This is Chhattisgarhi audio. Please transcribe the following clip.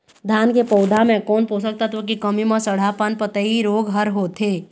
धान के पौधा मे कोन पोषक तत्व के कमी म सड़हा पान पतई रोग हर होथे?